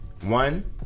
One